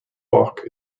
bok